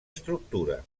estructura